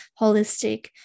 holistic